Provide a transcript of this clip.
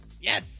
Yes